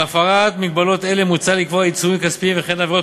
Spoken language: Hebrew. על הפרת מגבלות אלה מוצע לקבוע עיצומים כספיים וכן עבירות